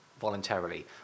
voluntarily